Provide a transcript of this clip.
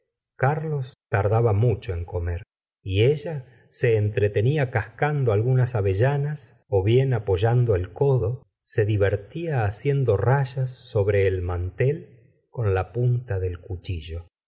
carlos tardaba mucho en comer y ella se entretenía cascando algunas avellanas bien apoyado el codo rayas sobre el mantel con la se